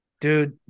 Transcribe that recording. Dude